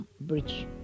Bridge